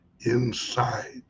inside